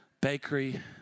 bakery